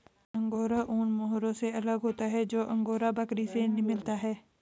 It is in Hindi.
अंगोरा ऊन मोहैर से अलग होता है जो अंगोरा बकरी से मिलता है